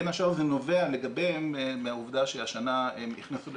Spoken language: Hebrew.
בין השאר זה נובע מהעובדה שהשנה הם הכניסו